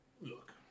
Look